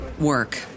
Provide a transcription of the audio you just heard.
work